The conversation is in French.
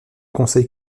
conseil